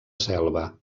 selva